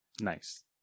Nice